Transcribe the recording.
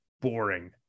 boring